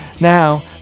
Now